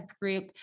group